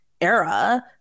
era